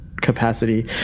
capacity